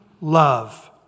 love